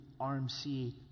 RMC